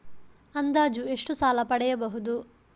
ಅಂದಾಜು ಎಷ್ಟು ಸಾಲ ಪಡೆಯಬಹುದು?